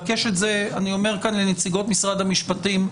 אומר כאן לנציגות משרד המשפטים,